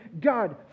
God